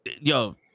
yo